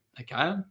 okay